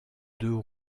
deux